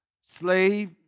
slave